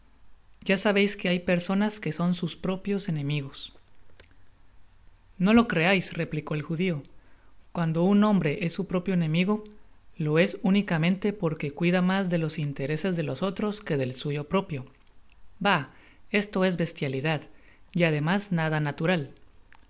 ya sabeis que hay personas que son sus propios enemigos no lo creais replicó el judio cuando un hombre es su propio enemigo lo es únicamente porque cuida mas de los intereses de los otros que del suyo propio ba esto es bestialidad y además nada natural